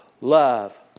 love